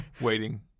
waiting